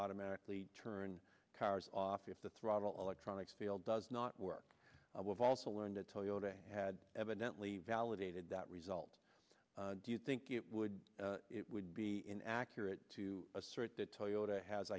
automatically turn cars off if the throttle electronics fail does not work we've also learned that toyota had evidently validated that result do you think it would it would be inaccurate to assert that toyota has